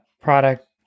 product